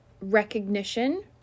recognition